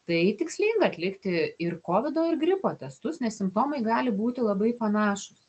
tai tikslinga atlikti ir kovido ir gripo testus nes simptomai gali būti labai panašūs